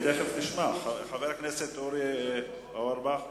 חבר הכנסת אורבך?